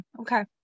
Okay